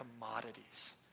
commodities